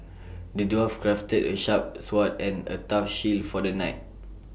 the dwarf crafted A sharp sword and A tough shield for the knight